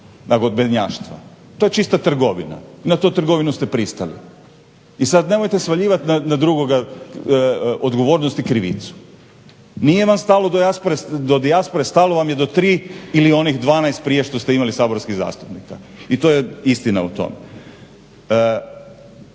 nagodbenjaštva. To je čista trgovina i na tu trgovinu ste pristali. I sad nemojte svaljivat na drugoga odgovornost i krivicu. Nije vam stalo do dijaspore. Stalo vam je do 3 ili onih 12 prije što ste imali prije saborskih zastupnika. I to je istina o tom.